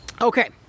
Okay